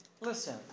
listen